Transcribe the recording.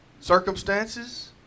circumstances